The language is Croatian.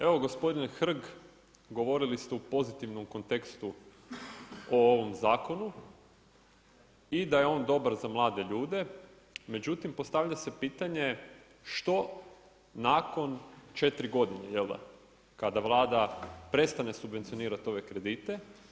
Evo, gospodine Hrg, govorili ste u pozitivnom kontekstu o ovom zakonu i da je on dobar za mlade ljude, međutim postavlja se pitanje, što nakon 4 godine, kada Vlada prestane subvencionirati ove kredite.